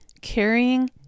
carrying